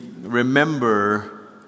remember